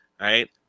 right